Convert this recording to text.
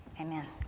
amen